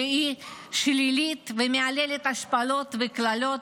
שהיא שלילית ומהללת השפלות וקללות,